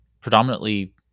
predominantly